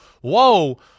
whoa